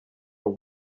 will